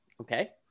okay